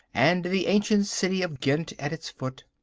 and the ancient city of ghent at its foot.